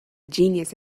genius